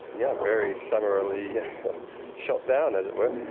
yeah very summarily shot down, as it were.